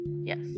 Yes